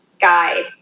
guide